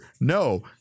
No